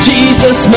Jesus